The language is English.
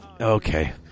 Okay